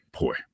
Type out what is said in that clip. boy